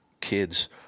kids